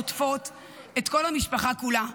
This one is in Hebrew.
עוטפות את כל המשפחה כולה.